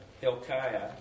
Hilkiah